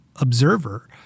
observer